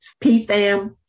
PFAM